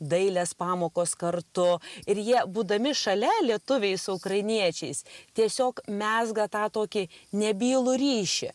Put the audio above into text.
dailės pamokos kartu ir jie būdami šalia lietuviai su ukrainiečiais tiesiog mezga tą tokį nebylų ryšį